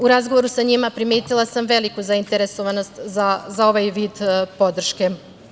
U razgovorima sa njima primetila sam veliku zainteresovanost za ovaj vid podrške.